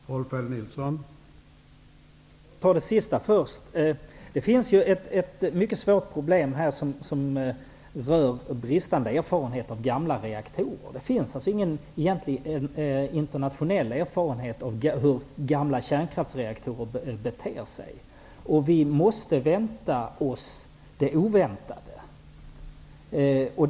Herr talman! Jag vill ta upp det sista först. Det finns ett mycket svårt problem, nämligen den bristande erfarenheten av gamla reaktorer. Det finns ingen egentlig internationell erfarenhet av hur gamla kärnkraftsreaktorer beter sig. Vi måste vänta oss det oväntade.